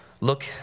look